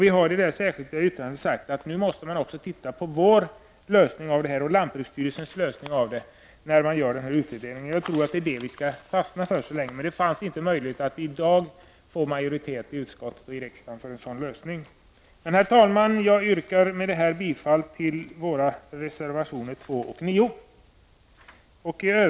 I det särskilda yttrandet har vi sagt att vår och lantbruksstyrelsens lösning av frågan måste studeras vid den utvärdering som skall göras. Det var emellertid inte möjligt att vid denna tidpunkt få majoritet i utskottet eller i kammaren för en sådan lösning. Med dessa ord yrkar jag bifall till våra reservationer med nr 2 och 9.